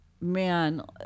man